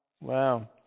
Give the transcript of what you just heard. Wow